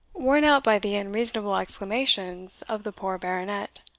worn out by the unreasonable exclamations of the poor baronet.